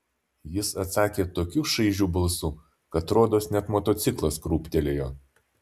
jis atsakė tokiu šaižiu balsu kad rodos net motociklas krūptelėjo